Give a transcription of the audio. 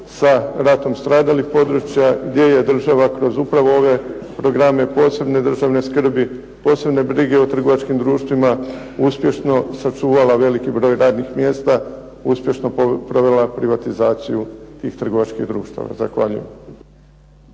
sa ratom stradalih područja gdje je država kroz upravo ove programe posebne državne skrbi, posebne brige o trgovačkim društvima uspješno sačuvala veliki broj radnih mjesta, uspješno provela privatizaciju tih trgovačkih društava. Zahvaljujem.